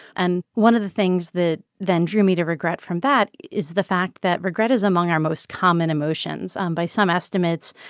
and one of the things that then drew me to regret from that is the fact that regret is among our most common emotions. um by some estimates,